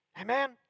Amen